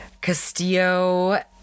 Castillo